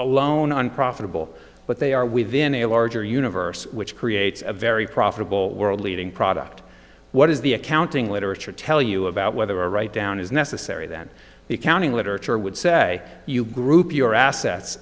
alone and profitable but they are within a larger universe which creates a very profitable world leading product what does the accounting literature tell you about whether a write down is necessary then the accounting literature would say you group your assets